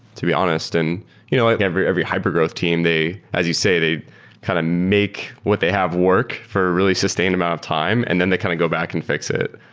to be honest. and you know like every every hypergrowth team, as you say, they kind of make what they have worked for a really sustained amount of time and then they kind of go back and fi x it.